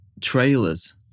trailers